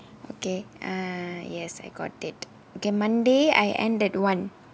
okay uh yes I got it okay monday I end at I end at one